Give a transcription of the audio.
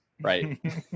Right